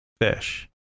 fish